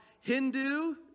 Hindu